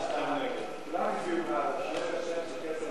זה טעות,